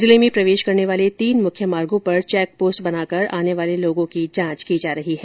जिले में प्रवेश करने वाले तीन मुख्य मार्गों पर चैक पोस्ट बनाकर आने वाले लोगों की जांच की जा रही है